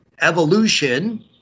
Evolution